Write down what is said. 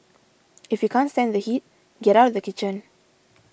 if you can't stand the heat get out of the kitchen